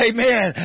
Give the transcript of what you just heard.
Amen